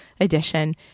Edition